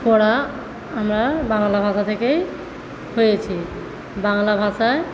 পড়া আমরা বাংলা ভাষা থেকেই হয়েছে বাংলা ভাষায়